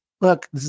look